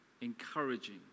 encouraging